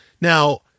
Now